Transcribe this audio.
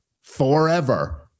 forever